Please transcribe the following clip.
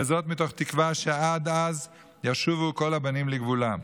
וזאת מתוך תקווה שעד אז ישובו כל הבנים לגבולם.